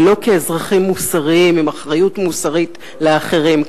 ולא כאזרחים מוסריים, עם אחריות מוסרית לאחרים.